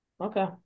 Okay